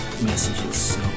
messages